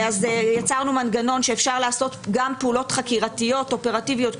אז יצרנו מנגנון שאפשר לעשות גם פעולות חקירתיות אופרטיביות,